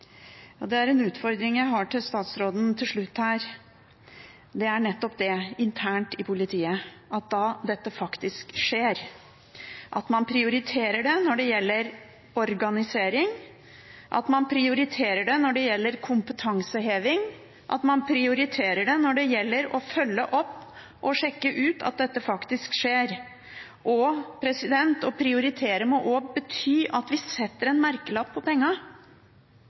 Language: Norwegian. en utfordring jeg har til statsråden til slutt her: Det er nettopp internt i politiet at dette faktisk skjer – at man prioriterer det når det gjelder organisering, at man prioriterer det når det gjelder kompetanseheving, at man prioriterer det når det gjelder å følge opp og sjekke ut at dette faktisk skjer. Å prioritere må også bety at vi setter en merkelapp på